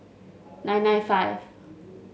nine nine five